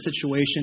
situation